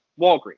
Walgreens